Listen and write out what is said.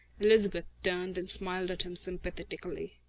elizabeth turned and smiled at him sympathetically.